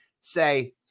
say